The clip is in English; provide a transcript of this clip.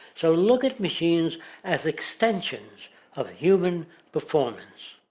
so look at machines as extensions of human performance.